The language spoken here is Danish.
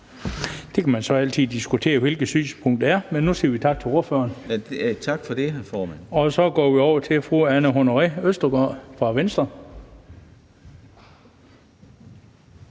Man kan så altid diskutere, hvilket synspunkt det er, men nu siger vi tak til ordføreren. (Orla Hav (S): Selv tak, hr. formand.) Så går vi over til fru Anne Honoré Østergaard fra Venstre.